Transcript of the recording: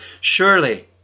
Surely